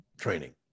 training